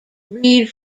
read